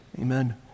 Amen